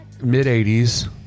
mid-80s